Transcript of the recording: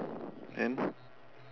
then